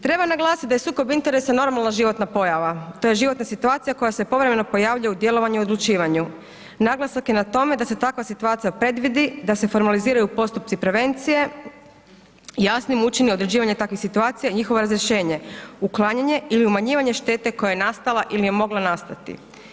Treba naglasit da je sukob interesa normalna životna pojava, to je životna situacija koja se povremeno pojavljuje u djelovanju i odlučivanju, naglasak je na tome da se takva situacija predvidi, da se formaliziraju postupci prevencije, jasnim učin određivanja takvih situacija i njihovo razrješenje, uklanjanje ili umanjivanje štete koja je nastala ili je mogla nastati.